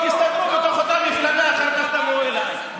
תסתדרו בתוך אותה מפלגה ואחר כך תבואו אליי.